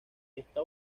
está